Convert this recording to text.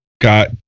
got